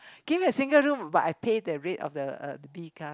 give me a single room but I pay the rate of the uh the B class